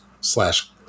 slash